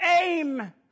aim